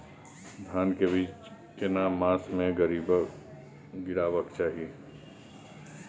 धान के बीज केना मास में गीरावक चाही?